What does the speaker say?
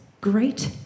great